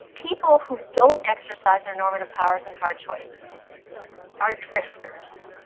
people who don't exercise their normative powers in hard choices are drifters.